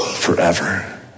forever